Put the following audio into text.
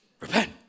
Repent